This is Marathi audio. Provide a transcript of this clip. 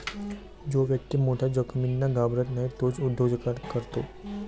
जो व्यक्ती मोठ्या जोखमींना घाबरत नाही तोच उद्योजकता करते